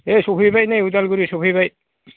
ओइ सफैबाय नै उदालगुरि सफैबाय